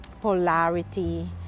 polarity